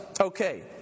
Okay